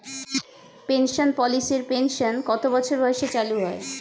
Pension পলিসির pension কত বছর বয়সে চালু হয়?